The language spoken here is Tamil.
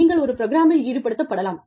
நீங்கள் ஒரு ப்ரோக்ராமில் ஈடுபடுத்தப்படலாம்